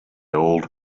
old